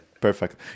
perfect